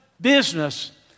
business